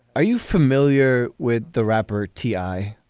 are you familiar with the rapper t i?